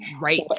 Right